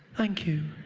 thank you.